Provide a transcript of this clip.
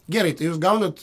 gerai tai jūs gaunat